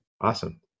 Awesome